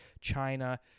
China